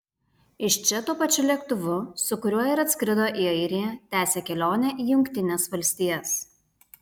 iš čia tuo pačiu lėktuvu su kuriuo ir atskrido į airiją tęsia kelionę į jungtines valstijas